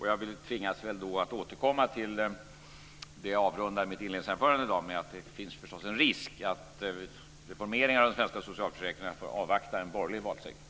Jag tvingas då att återkomma till det jag avrundade mitt inledningsanförande i dag med: Det finns förstås en risk att reformeringen av de svenska socialförsäkringarna får avvakta en borgerlig valseger.